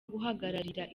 guhagararira